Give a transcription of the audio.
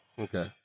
Okay